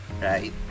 right